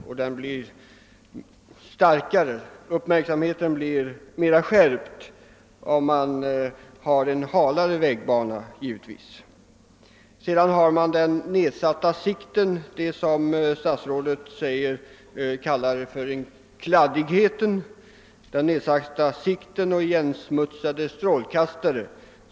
Och omvänt blir uppmärksamheten mera skärpt om vägbanan är hal. Sedan talar statsrådet också om nedsatt sikt på grund av kladdighet och igensmutsade strålkastare.